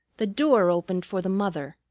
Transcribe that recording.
the door opened for the mother,